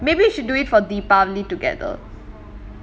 maybe we should do it for deepavali together